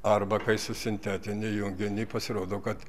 arba kai susintetini junginį pasirodo kad